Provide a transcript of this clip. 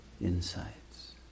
insights